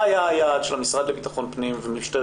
מה היה היעד של המשרד לביטחון הפנים ומשטרת